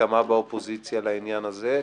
הסכמה באופוזיציה לעניין הזה,